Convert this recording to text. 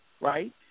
right